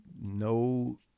no